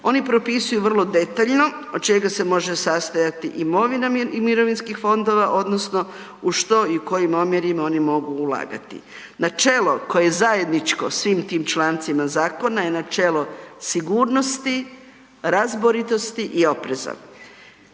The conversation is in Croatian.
Oni propisuju vrlo detaljno od čega se može sastojati imovina mirovinskih fondova odnosno u što i u kojim omjerima oni mogu ulagati. Načelo koje je zajedničko svim tim člancima zakona je načelo sigurnosti, razboritosti i opreza.